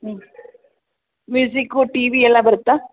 ಹ್ಞೂ music T V ಎಲ್ಲ ಬರುತ್ತಾ